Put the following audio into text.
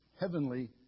heavenly